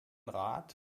rat